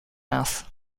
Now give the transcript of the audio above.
mouth